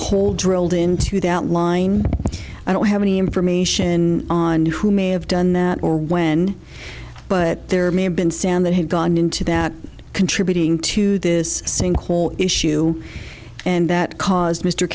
a hole drilled into the outline i don't have any information on and who may have done that or when but there may have been sand that had gone into that contributing to this sinkhole issue and that caused m